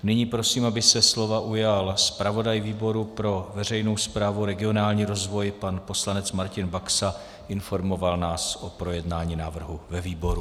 Nyní prosím, aby se slova ujal zpravodaj výboru pro veřejnou správu a regionální rozvoj pan poslanec Martin Baxa a informoval nás o projednání návrhu ve výboru.